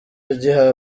agiha